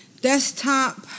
desktop